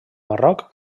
marroc